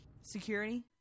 Security